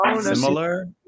similar